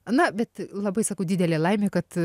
na bet labai sakau didelė laimė kad